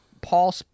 Paul